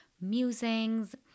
musings